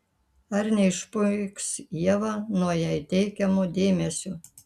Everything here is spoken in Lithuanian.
ar neišpuiks ieva nuo jai teikiamo dėmesio